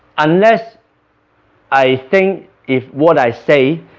unless i think if what i say